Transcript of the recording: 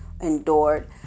endured